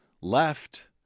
left